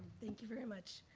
thank you very much.